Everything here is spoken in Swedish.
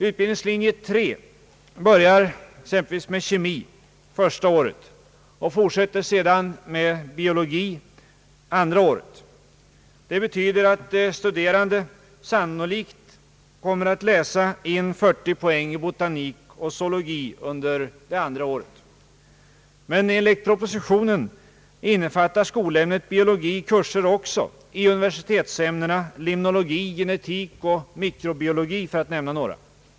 Utbildningslinje 3 börjar med kemi första året och fortsätter med biologi andra året. Det betyder att den studerande sannolikt läser in 40 poäng i botanik och zoologi under det andra året. Men enligt propositionen omfattar ämnet biologi kurser också i universitetsämnena limnologi, genetik och mikrobiologi.